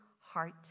heart